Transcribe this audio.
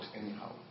anyhow